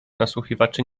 nasłuchiwaczy